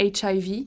HIV